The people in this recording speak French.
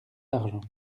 d’argent